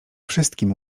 wszystkim